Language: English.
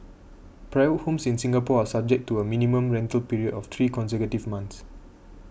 private homes in Singapore are subject to a minimum rental period of three consecutive months